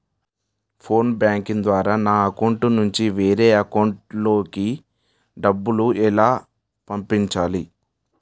Phone banking ద్వారా నా account నుంచి వేరే అకౌంట్ లోకి డబ్బులు ఎలా పంపించాలి?